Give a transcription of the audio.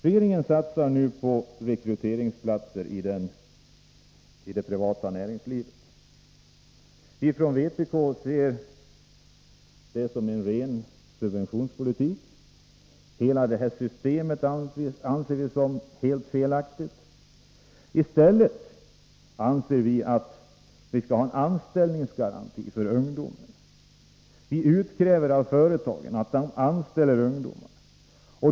Regeringen satsar nu på rekryteringsplatser i det privata näringslivet. Vpk betraktar detta som en ren subventionspolitik. Enligt vår mening är hela systemet i grunden felaktigt. I stället anser vi att det bör införas en anställningsgaranti för ungdomen. Vi utkräver av företagen att de anställer ungdomar.